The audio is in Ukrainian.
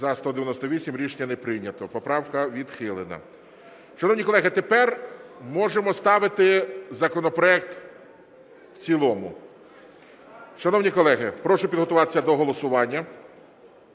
За-198 Рішення не прийнято. Поправка відхилена. Шановні колеги, а тепер можемо ставити законопроект в цілому. Шановні колеги, прошу підготуватися до голосування.